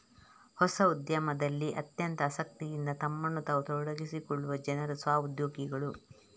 ಹೊಸ ಉದ್ಯಮದಲ್ಲಿ ಅತ್ಯಂತ ಆಸಕ್ತಿಯಿಂದ ತಮ್ಮನ್ನು ತಾವು ತೊಡಗಿಸಿಕೊಳ್ಳುವ ಜನರು ಸ್ವ ಉದ್ಯೋಗಿಗಳು